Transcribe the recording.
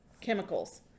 chemicals